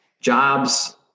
Jobs